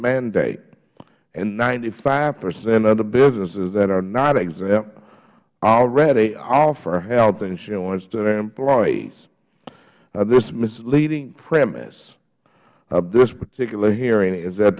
mandate and ninety five percent of the businesses that are not exempt already offer health insurance to their employees this misleading premise of this particular hearing is that